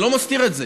אני לא מסתיר את זה,